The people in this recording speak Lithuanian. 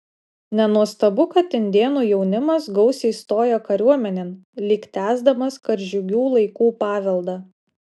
nenuostabu kad indėnų jaunimas gausiai stoja kariuomenėn lyg tęsdamas karžygių laikų paveldą